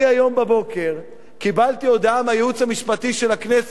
היום בבוקר קיבלתי הודעה מהייעוץ המשפטי של הכנסת,